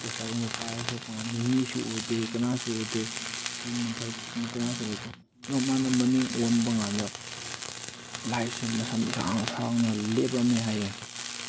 torch ꯂꯥꯏꯠꯀꯨꯝꯕ ꯄꯥꯏꯔꯒ ꯊꯣꯛꯄꯀꯥꯟꯗꯗꯤ ꯃꯤꯁꯨ ꯎꯗꯦ ꯀꯅꯥꯁꯨ ꯎꯗꯦ ꯌꯨꯝꯊꯛꯇꯁꯨ ꯃꯤ ꯀꯅꯥꯁꯨ ꯂꯩꯇꯦ ꯑꯗꯨ ꯃꯥꯅ ꯃꯅꯤꯡ ꯑꯣꯟꯕꯀꯥꯟꯗ ꯂꯥꯏꯁꯦ ꯃꯁꯝ ꯏꯁꯥꯡ ꯁꯥꯡꯅ ꯂꯦꯞꯂꯝꯃꯦ ꯍꯥꯏꯌꯦ